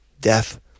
Death